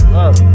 love